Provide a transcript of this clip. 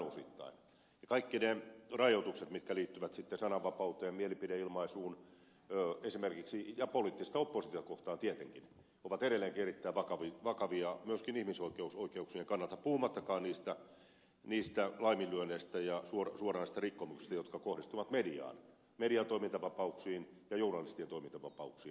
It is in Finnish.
kaikki ne rajoitukset mitkä liittyvät sitten sananvapauteen mielipideilmaisuun esimerkiksi ja poliittista oppositiota kohtaan tietenkin ovat edelleenkin erittäin vakavia myöskin ihmisoikeuksien kannalta puhumattakaan niistä laiminlyönneistä ja suoranaisista rikkomuksista jotka kohdistuvat mediaan median toimintavapauksiin ja journalistien toimintavapauksiin